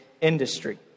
industry